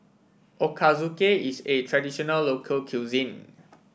Ochazuke is a traditional local cuisine